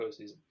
postseason